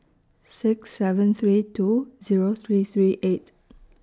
six seven three two Zero three three eight